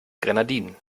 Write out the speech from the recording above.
grenadinen